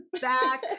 back